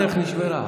היו"ר.